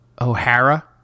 O'Hara